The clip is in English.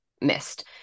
missed